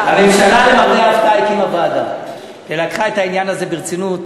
הממשלה הקימה ועדה ולקחה את העניין הזה ברצינות.